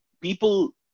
People